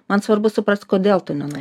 man svarbu suprast kodėl tu neno